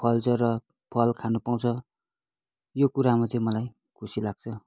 फल्छ र फल खानु पाउँछ यो कुरामा चाहिँ मलाई खुसी लाग्छ